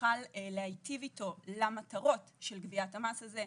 נוכל להיטיב איתו למטרות של גביית המס הזה,